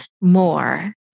more